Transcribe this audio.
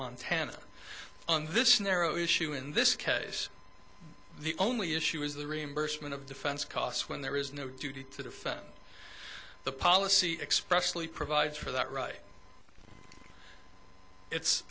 montana on this narrow issue in this case the only issue is the reimbursement of defense costs when there is no duty to defend the policy expressly provides for that right it's